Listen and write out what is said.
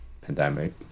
pandemic